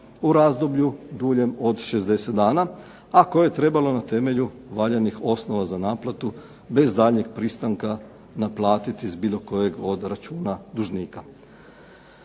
u razdoblju duljem od 60 dana, a koje je trebalo na temelju valjanih osnova za naplatu bez daljnjeg pristanka naplatiti iz bilo kojeg od računa dužnika.